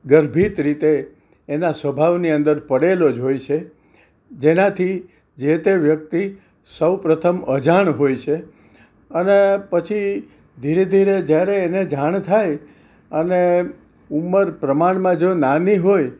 ગર્ભિત રીતે એના સ્વભાવની અંદર પડેલો જ હોય છે જેનાથી જે તે વ્યક્તિ સૌ પ્રથમ અજાણ હોય છે અને પછી ધીરે ધીરે જ્યારે એને જાણ થાય અને ઉંમર પ્રમાણમાં જો નાની હોય